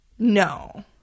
no